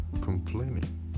complaining